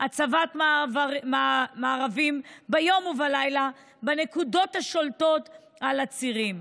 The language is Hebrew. הצבת מארבים ביום ובלילה בנקודות השולטות על הצירים,